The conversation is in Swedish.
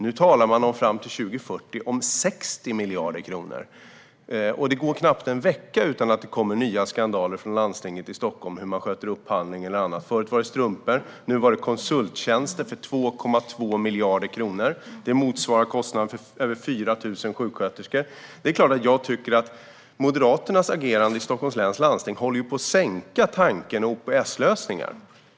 Nu talar man om 60 miljarder kronor fram till 2040. Det går knappt en vecka utan att det kommer fram nya skandaler från landstinget i Stockholm om upphandling och annat. Förut var det strumpor. Nu var det konsulttjänster för 2,2 miljarder kronor. Det motsvarar kostnaden för över 4 000 sjuksköterskor. Det är klart att jag tycker att Moderaternas agerande i Stockholms läns landsting håller på att sänka tanken på OPS-lösningar.